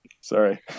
Sorry